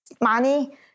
money